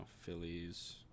Phillies